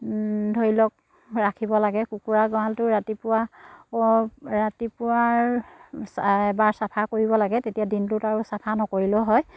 ধৰি লওক ৰাখিব লাগে কুকুৰা গঁৰালটো ৰাতিপুৱা ৰাতিপুৱাৰ এবাৰ চাফা কৰিব লাগে তেতিয়া দিনটোত আৰু চাফা নকৰিলেও হয়